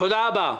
תודה רבה.